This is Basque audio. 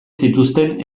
zituzten